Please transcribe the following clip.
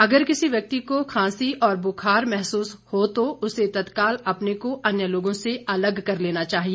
अगर किसी व्यक्ति को खांसी और बुखार महसूस हो तो उसे तत्काल अपने को अन्य लोगों से अलग कर लेना है